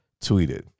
tweeted